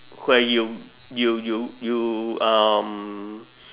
where you you you you um